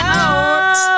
out